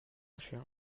chien